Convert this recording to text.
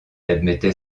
admettait